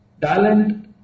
Talent